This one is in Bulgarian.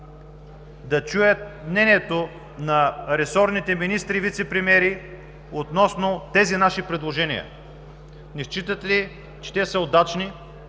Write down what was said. да чуя мнението на ресорните министри, вицепремиери относно тези наши предложения. Не считат ли, че те са удачни,